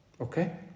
okay